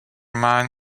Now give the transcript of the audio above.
man